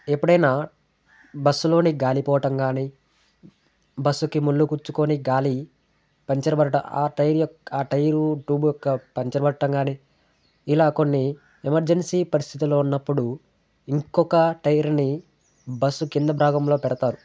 ఎప్పుడైనా బస్సులోని గాలిపోవటం గానీ బస్సుకి ముల్లు గుచ్చుకొని గాలి పంక్చర్ పడ్డ ఆ టైర్ యొక్ ఆ టైర్ ట్యూబ్ యొక్క పంక్చర్ పట్టం కానీ ఇలా కొన్ని ఎమర్జన్సీ పరిస్థితిలో ఉన్నప్పుడు ఇంకొక టైరుని బస్సు కింద బ్రాగంలో పెడతారు